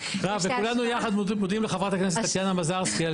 וכולנו יחד מודים לחברת הכנסת טטיאנה מזרסקי על